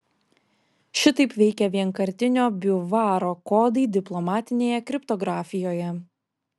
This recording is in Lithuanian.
šitaip veikia vienkartinio biuvaro kodai diplomatinėje kriptografijoje